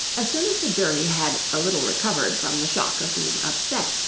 as soon as the jury had a little recovered from the shock of being upset,